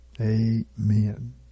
Amen